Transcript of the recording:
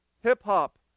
hip-hop